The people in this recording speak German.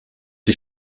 die